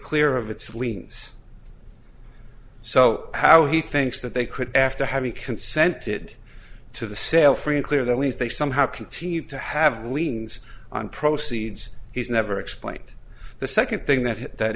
clear of its liens so how he thinks that they could after having consented to the sale free and clear that lease they somehow continue to have liens on proceeds he's never explained the second thing that